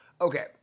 Okay